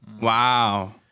Wow